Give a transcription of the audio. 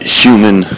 human